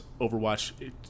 Overwatch